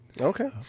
Okay